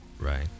right